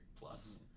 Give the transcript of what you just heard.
plus